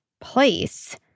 place